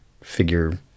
figure